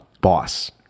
boss